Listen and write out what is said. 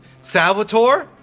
Salvatore